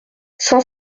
cent